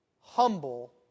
humble